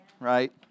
Right